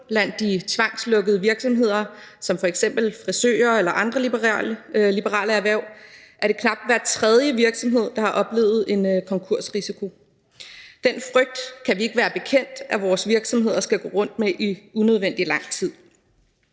Blandt de tvangslukkede virksomheder som f.eks. frisører eller andre liberale erhverv er det knap hver tredje virksomhed, der har oplevet en konkursrisiko. Den frygt kan vi ikke være bekendt at vores virksomheder skal gå rundt med i unødvendig lang tid.